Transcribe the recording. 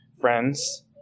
friends